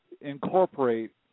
incorporate